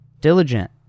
diligent